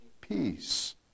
peace